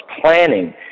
planning